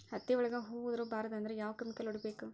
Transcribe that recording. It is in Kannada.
ಹತ್ತಿ ಒಳಗ ಹೂವು ಉದುರ್ ಬಾರದು ಅಂದ್ರ ಯಾವ ಕೆಮಿಕಲ್ ಹೊಡಿಬೇಕು?